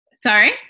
sorry